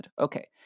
Okay